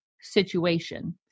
situation